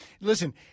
Listen